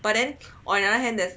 but then on the other hand there is